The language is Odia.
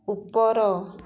ଉପର